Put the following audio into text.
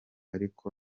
ariko